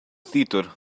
theater